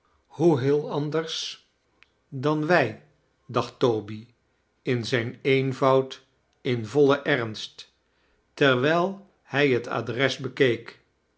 hoe heel anders dan wij dacht toby in zijn eenvoud in vollen ernst terwijl hij het adres bekeek